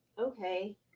Okay